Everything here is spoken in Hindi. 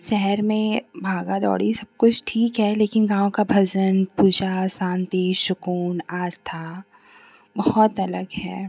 शहर में भागा दौड़ी सबकुछ ठीक है लेकिन गाँव का भजन पूजा शान्ति सुकून आस्था बहुत अलग है